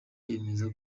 yemeza